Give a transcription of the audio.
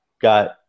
got